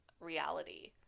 reality